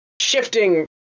shifting